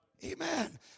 Amen